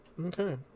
okay